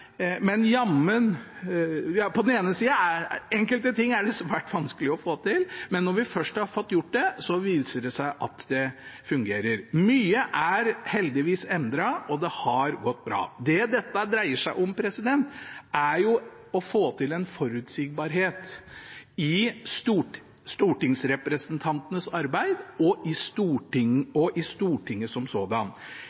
men når man først har fått gjort det, viser det seg at det fungerer. Mye er heldigvis endret, og det har gått bra. Det dette dreier om, er å få til en forutsigbarhet i stortingsrepresentantenes arbeid og i